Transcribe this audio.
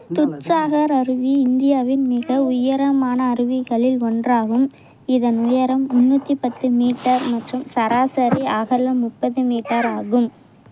துட்ஸாகர் அருவி இந்தியாவின் மிக உயரமான அருவிகளில் ஒன்றாகும் இதன் உயரம் முந்நூற்றி பத்து மீட்டர் மற்றும் சராசரி அகலம் முப்பது மீட்டர் ஆகும்